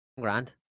grand